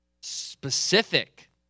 specific